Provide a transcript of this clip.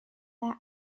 their